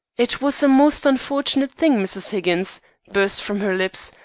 it was a most unfortunate thing, mrs. higgins burst from her lips,